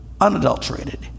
unadulterated